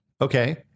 Okay